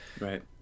Right